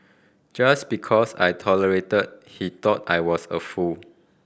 just because I tolerated he thought I was a fool